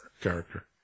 character